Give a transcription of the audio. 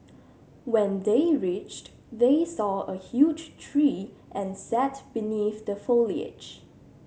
when they reached they saw a huge tree and sat beneath the foliage